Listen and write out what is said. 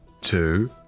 two